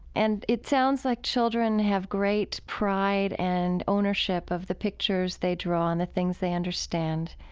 and it sounds like children have great pride and ownership of the pictures they draw and the things they understand